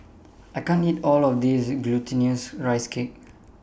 I can't eat All of This Glutinous Rice Cake